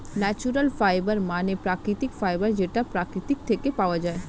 natural fibre মানে প্রাকৃতিক fibre যেটা প্রকৃতি থেকে পাওয়া যায়